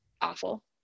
awful